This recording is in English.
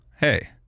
hey